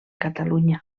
catalunya